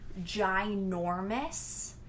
ginormous